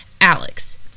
Alex